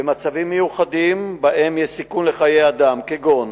במצבים מיוחדים שבהם יש סיכון לחיי אדם, כגון